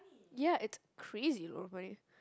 ya it's crazy load of money